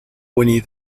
winnie